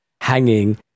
hanging